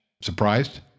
Surprised